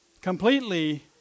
completely